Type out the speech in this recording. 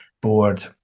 board